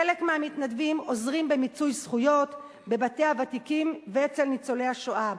חלק מהמתנדבים עוזרים במיצוי זכויות בבתי הוותיקים ואצל ניצולי השואה,